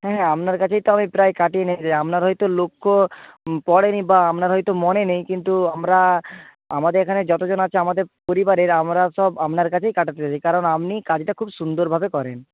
হ্যাঁ হ্যাঁ আপনার কাছেই তো আমি প্রায় কাটিয়ে নিয়ে যাই আপনার হয়তো লক্ষ্য পড়ে নি বা আপনার হয়তো মনে নেই কিন্তু আমরা আমাদের এখানে যতজন আছে আমাদের পরিবারের আমরা সব আপনার কাছেই কাটাতে যাই কারণ আপনিই কাজটা খুব সুন্দরভাবে করেন